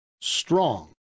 strong